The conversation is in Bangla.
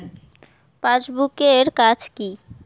পাশবুক এর কাজ কি?